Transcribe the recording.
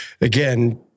again